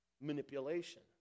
Manipulation